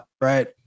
Right